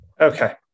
okay